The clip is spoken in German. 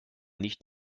nicht